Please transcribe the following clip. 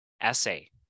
essay